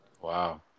Wow